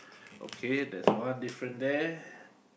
okay that's one different there